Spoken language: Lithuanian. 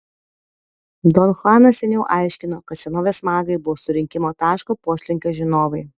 don chuanas seniau aiškino kad senovės magai buvo surinkimo taško poslinkio žinovai